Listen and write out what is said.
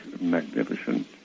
magnificent